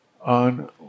on